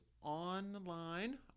online